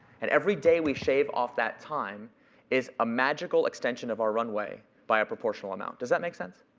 and every day we shave off that time is a magical extension of our runway by a proportional amount. does that make sense?